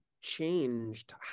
changed